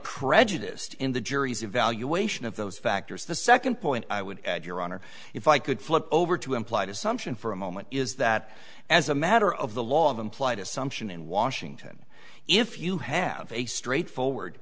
prejudiced in the jury's evaluation of those factors the second point i would add your honor if i could flip over to implied assumption for a moment is that as a matter of the law of implied assumption in washington if you have a straightforward